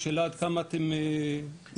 השאלה עד כמה אתם מכניסים את זה במסגרת השיקולים שלכם.